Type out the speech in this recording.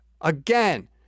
Again